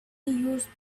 used